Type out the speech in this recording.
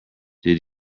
did